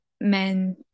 men